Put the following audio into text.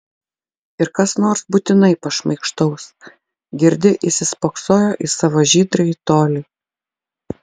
ir kas nors būtinai pašmaikštaus girdi įsispoksojo į savo žydrąjį tolį